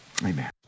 Amen